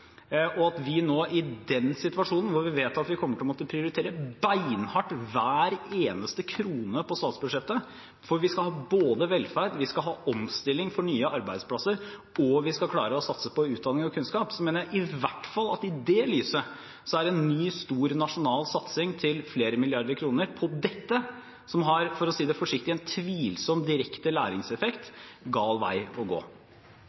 vet at vi kommer til å måtte prioritere hver eneste krone på statsbudsjettet beinhardt – for vi skal ha velferd, vi skal ha omstilling for nye arbeidsplasser, og vi skal klare å satse på utdanning og kunnskap – mener jeg i hvert fall at en ny, stor nasjonal satsing til flere milliarder kroner på dette, som har, for å si det forsiktig, en tvilsom direkte læringseffekt, er gal vei å gå.